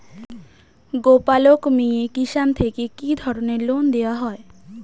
গোপালক মিয়ে কিষান থেকে কি ধরনের লোন দেওয়া হয়?